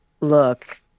Look